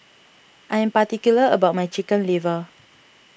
I am particular about my Chicken Liver